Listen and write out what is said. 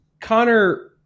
Connor